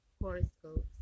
horoscopes